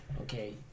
Okay